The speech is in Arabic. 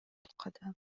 القدم